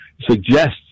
suggests